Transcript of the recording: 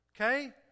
Okay